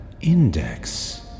index